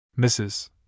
Mrs